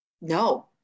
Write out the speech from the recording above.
No